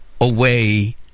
away